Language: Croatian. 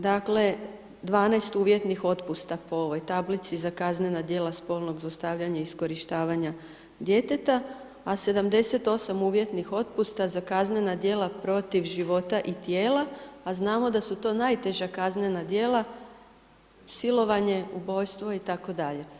Dakle 12 uvjetnih otpusta po ovoj tablici za kaznena djela spolnog zlostavljanja i iskorištavanja djeteta a 78 uvjetnih otpusta za kaznena djela protiv života i tijela a znamo da su to najteža kaznena djela, silovanje, ubojstvo itd.